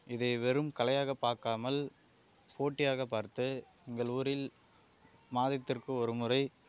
இதை வெறும் கலையாக பார்க்காமல் போட்டியாக பார்த்து எங்கள் ஊரில் மாதத்திற்கு ஒரு முறை